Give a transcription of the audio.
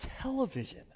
television